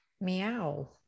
Meow